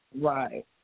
Right